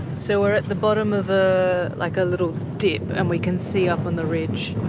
so we're at the bottom of ah like a little dip and we can see up on the ridge